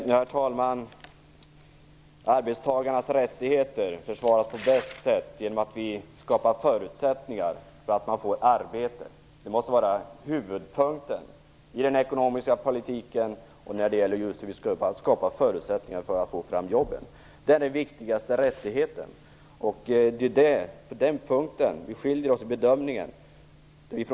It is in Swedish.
Herr talman! Arbetstagarnas rättigheter försvaras bäst genom att vi skapar förutsättningar för att människor får arbete. Det måste vara huvudpunkten i den ekonomiska politiken och när det gäller att skapa förutsättningar för att få fram jobben. Det är den viktigaste rättigheten. Det är på den punkten våra bedömningar skiljer sig åt.